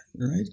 right